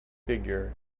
figure